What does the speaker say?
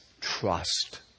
trust